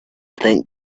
think